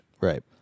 Right